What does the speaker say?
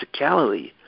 physicality